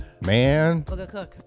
man